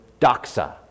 doxa